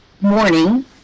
Morning